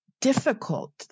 difficult